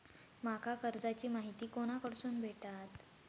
माका कर्जाची माहिती कोणाकडसून भेटात?